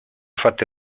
fatte